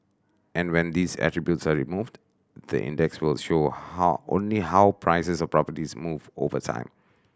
and when these attribute removed the index will show how only how prices of properties move over time